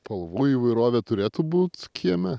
spalvų įvairovė turėtų būt kieme